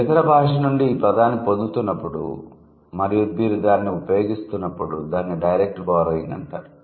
మీరు ఇతర భాష నుండి ఈ పదాన్ని పొందుతున్నప్పుడు మరియు మీరు దానిని ఉపయోగిస్తున్నప్పుడు దానిని డైరెక్ట్ బారోయింగ్ అంటారు